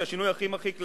והשינוי הכי מרחיק לכת,